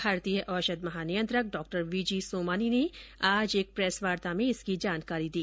भारतीय औषध महानियंत्रक डॉ वीजी सोमानी ने आज एक प्रेस वार्ता में इसकी जानकारी दी